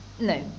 No